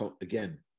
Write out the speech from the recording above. again